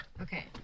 okay